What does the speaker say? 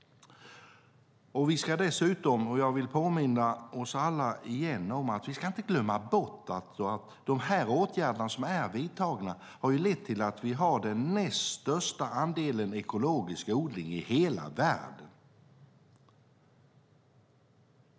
Jag vill också återigen påminna oss alla om att vi inte ska glömma bort att de vidtagna åtgärderna har lett till att vi har den näst största andelen ekologisk odling i hela världen.